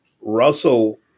Russell